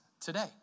today